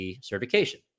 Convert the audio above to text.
certification